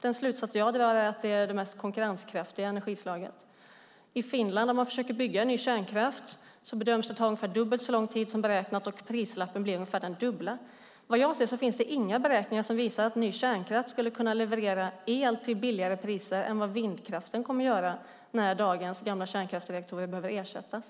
Den slutsats jag drar är att det är det mest konkurrenskraftiga energislaget. I Finland bedöms det ta ungefär dubbelt så lång tid som beräknat att bygga ny kärnkraft och kostnaden blir ungefär den dubbla. Vad jag ser finns det inga beräkningar som visar att ny kärnkraft skulle kunna leverera el till lägre priser än vad vindkraft kan göra när dagens gamla kärnkraftreaktorer behöver ersättas.